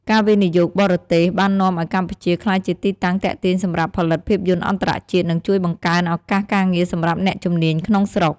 ការវិនិយោគបរទេស បាននាំឱ្យកម្ពុជាក្លាយជាទីតាំងទាក់ទាញសម្រាប់ផលិតភាពយន្តអន្តរជាតិ និងជួយបង្កើនឱកាសការងារសម្រាប់អ្នកជំនាញក្នុងស្រុក។